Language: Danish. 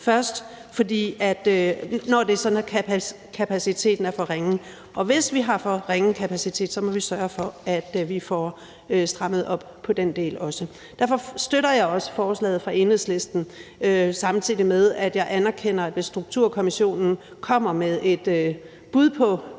er sådan, at kapaciteten er for ringe. Og hvis vi har for ringe kapacitet, må vi sørge for, at vi også får strammet op på den del. Derfor støtter jeg også forslaget fra Enhedslisten, samtidig med at jeg anerkender, at hvis Sundhedsstrukturkommissionen kommer med bud på